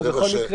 ובכל מקרה